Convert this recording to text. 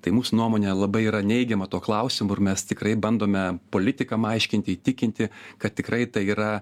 tai mūsų nuomonė labai yra neigiama tuo klausimu mes tikrai bandome politikam aiškinti įtikinti kad tikrai tai yra